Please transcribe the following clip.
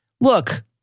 look